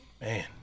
Man